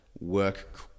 work